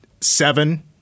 seven